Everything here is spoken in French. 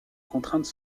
contraintes